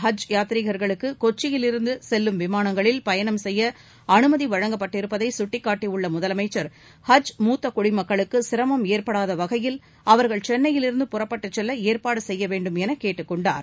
ஹஜ் யாத்ரீகா்களுக்குகொச்சியில் இருந்துசெல்லும் விமானங்களில் தமிழக பயணம் செய்யஅனுமதிவழங்கப்பட்டிருப்பதைகட்டிக்காட்டியுள்ளமுதலமைச்சா் மூத்தகுடிமக்களுக்குசிரமம் ஏற்படாதவகையில் அவர்கள் சென்னையில் இருந்து புறப்பட்டுச் செல்லஏற்பாடுசெய்யவேண்டுமெனகேட்டுக் கொண்டுள்ளார்